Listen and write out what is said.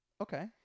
Okay